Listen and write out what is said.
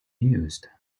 used